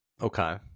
Okay